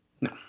No